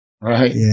Right